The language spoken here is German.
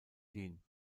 din